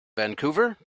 vancouver